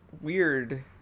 weird